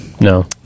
No